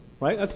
Right